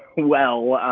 well,